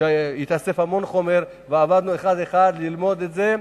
התאסף המון חומר ועבדנו אחד-אחד ללמוד את זה,